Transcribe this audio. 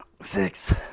six